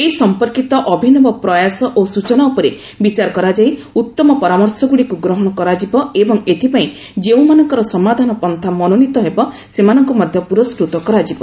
ଏ ସମ୍ପର୍କୀତ ଅଭିନବ ପ୍ରୟାସ ଓ ସୂଚନା ଉପରେ ବିଚାର କରାଯଇ ଉତ୍ତମ ପରାମର୍ଶଗୁଡ଼ିକୁ ଗ୍ରହଣ କରାଯିବ ଏବଂ ଏଥିପାଇଁ ଯେଉଁମାନଙ୍କର ସମାଧାନପନ୍ଥା ମନୋନୀତ ହେବ ସେମାନଙ୍କୁ ମଧ୍ୟ ପୁରସ୍କୃତ କରାଯିବ